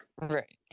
right